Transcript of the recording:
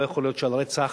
לא יכול להיות שעל רצח